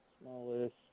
smallest